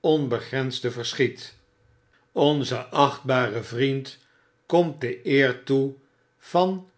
onbegrensde verschiet onzen achtbaren vriend komt de eer toe van